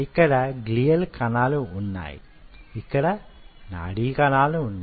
ఇక్కడ గ్లియల్ కణాలు వున్నాయి ఇక్కడ నాడీ కణాలు వున్నాయి